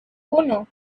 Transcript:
uno